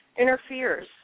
interferes